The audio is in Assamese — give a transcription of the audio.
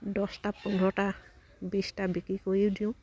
দছটা পোন্ধৰটা বিছটা বিক্ৰী কৰিও দিওঁ